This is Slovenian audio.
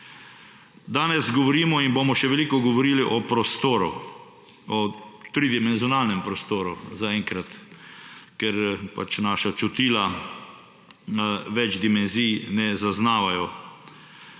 Danes govorimo in bomo še veliko govorili o prostoru, o tridimenzionalnem prostoru zaenkrat, ker naša čutila več dimenzij ne zaznavajo.